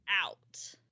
out